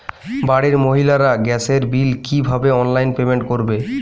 বাড়ির মহিলারা গ্যাসের বিল কি ভাবে অনলাইন পেমেন্ট করবে?